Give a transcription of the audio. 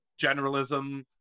generalism